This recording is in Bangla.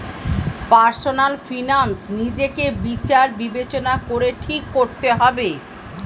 পার্সোনাল ফিনান্স নিজেকে বিচার বিবেচনা করে ঠিক করতে হবে